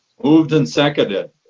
moved and seconded.